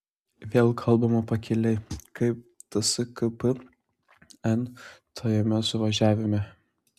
vėl kalbama pakiliai kaip tskp n tajame suvažiavime